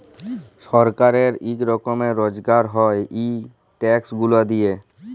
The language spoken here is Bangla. ছরকারের ইক রকমের রজগার হ্যয় ই ট্যাক্স গুলা দিঁয়ে